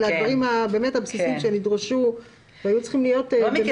אלה באמת הדברים הבסיסיים שנדרשו והיו צריכים להיות ממילא.